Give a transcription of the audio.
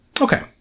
Okay